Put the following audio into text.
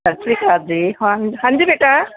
ਸਤਿ ਸ਼੍ਰੀ ਅਕਾਲ ਜੀ ਹਾਂਜ ਹਾਂਜੀ ਬੇਟਾ